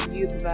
Youth